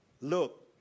look